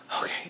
Okay